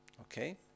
Okay